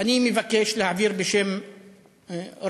אני מבקש להעביר בשם רבים,